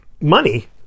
Money